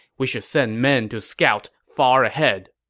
we should send men to scout far ahead.